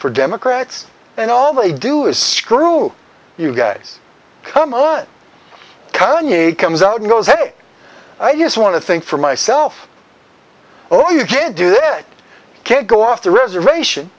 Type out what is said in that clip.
for democrats and all they do is screw you guys come on kanye comes out and goes hey i just want to think for myself oh you can't do this i can't go off the reservation